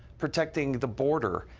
protecting the border,